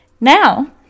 Now